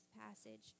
passage